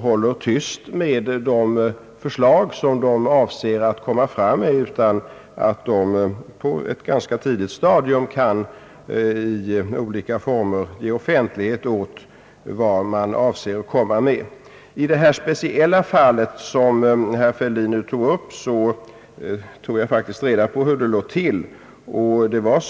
håller tyst med de förslag som den avser att lägga fram utan att den på ett ganska tidigt studium i olika former ger offentlighet åt vad den avser att komma med. I det speciella fall som herr Fälldin nu tog upp har jag faktiskt tagit reda på hur det låg till.